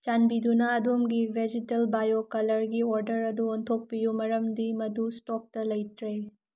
ꯆꯥꯟꯕꯤꯗꯨꯅ ꯑꯗꯣꯝꯒꯤ ꯕꯦꯖꯤꯇꯦꯜ ꯕꯥꯏꯑꯣ ꯀꯂ꯭ꯔꯒꯤ ꯑꯣꯔꯗ꯭ꯔ ꯑꯗꯨ ꯑꯣꯟꯊꯣꯛꯄꯤꯌꯨ ꯃꯔꯝꯗꯤ ꯃꯗꯨ ꯁ꯭ꯇꯣꯛꯇ ꯂꯩꯇ꯭ꯔꯦ